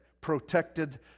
protected